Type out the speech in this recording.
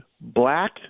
black